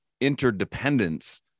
interdependence